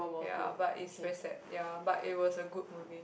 ya but is very sad ya but it was a good movie